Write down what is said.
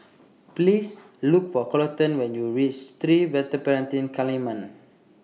Please Look For Coleton when YOU REACH Sri Vadapathira Kaliamman